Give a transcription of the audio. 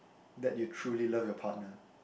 that you truly love your partner